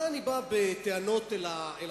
מה אני בא בטענות אל החרדים,